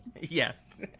Yes